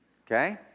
Okay